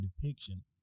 depiction